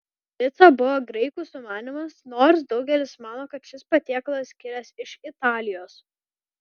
pica buvo graikų sumanymas nors daugelis mano kad šis patiekalas kilęs iš italijos